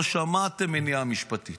לא שמעתם מניעה משפטית,